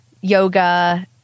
yoga